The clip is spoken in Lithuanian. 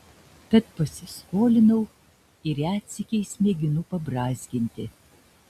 tad pasiskolinau ir retsykiais mėginu pabrązginti